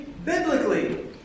Biblically